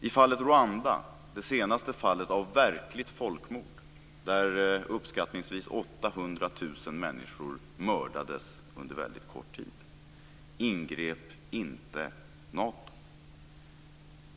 I fallet Rwanda, det senaste fallet av ett verkligt folkmord, där uppskattningsvis 800 000 människor mördades under väldigt kort tid, ingrep inte Nato.